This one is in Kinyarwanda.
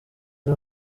ari